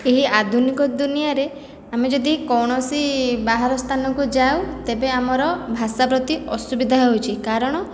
ଏହି ଆଧୁନିକ ଦୁନିଆଁରେ ଆମେ ଯଦି କୌଣସି ବାହାର ସ୍ତାନକୁ ଯାଉ ତେବେ ଆମର ଭାଷା ପ୍ରତି ଅସୁବିଧା ହେଉଛି କାରଣ